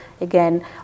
again